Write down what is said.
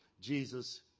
Jesus